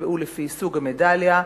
נקבעו לפי סוג המדליה,